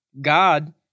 God